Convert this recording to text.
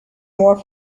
more